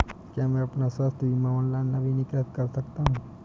क्या मैं अपना स्वास्थ्य बीमा ऑनलाइन नवीनीकृत कर सकता हूँ?